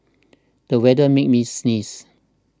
the weather made me sneeze